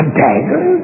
dagger